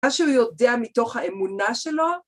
מה שהוא יודע מתוך האמונה שלו.